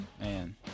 Man